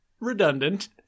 Redundant